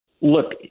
Look